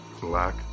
Black